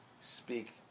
speak